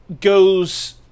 goes